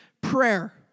prayer